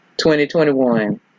2021